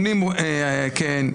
כן.